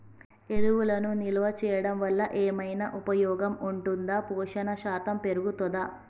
ఎరువులను నిల్వ చేయడం వల్ల ఏమైనా ఉపయోగం ఉంటుందా పోషణ శాతం పెరుగుతదా?